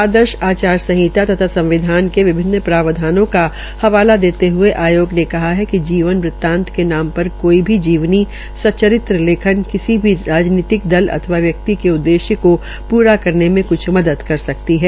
आदर्श आचार सहिता तथा संविधान के विभिन्न प्रावधानों का हवाला देते हये आयोग ने कहा कि जीवन वृतांत के नाम पर कोई भी जीवनी सच्चरित्र लेखन किसी भी राजनीतिक दल अथवा व्यक्ति के उददेश्य को पूरा करने मे कुछ मदद कर सकती है